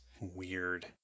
Weird